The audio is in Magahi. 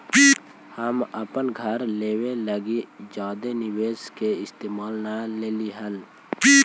हम अपन घर लेबे लागी जादे निवेश के इस्तेमाल कर लेलीअई हल